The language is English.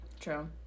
True